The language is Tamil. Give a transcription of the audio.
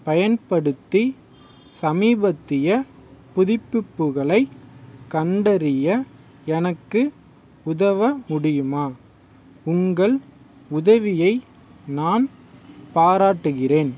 பயன்படுத்தி சமீபத்திய புதுப்பிப்புகளைக் கண்டறிய எனக்கு உதவ முடியுமா உங்கள் உதவியை நான் பாராட்டுகிறேன்